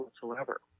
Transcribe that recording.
whatsoever